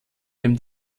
dem